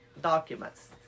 documents